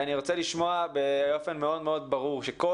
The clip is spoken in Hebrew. אני רוצה לשמוע באופן מאוד מאוד ברור שכל